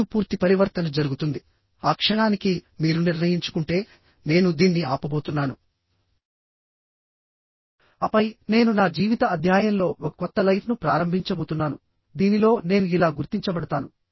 మరియు పూర్తి పరివర్తన జరుగుతుందిఆ క్షణానికిమీరు నిర్ణయించుకుంటే నేను దీన్ని ఆపబోతున్నాను ఆపై నేను నా జీవిత అధ్యాయంలో ఒక కొత్త లైఫ్ ను ప్రారంభించబోతున్నాను దీనిలో నేను ఇలా గుర్తించబడతాను